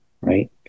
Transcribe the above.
right